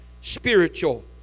spiritual